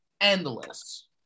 endless